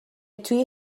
توی